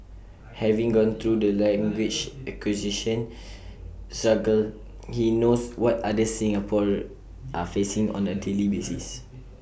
having gone through the language acquisition struggle he knows what others in Singapore are facing on A daily basis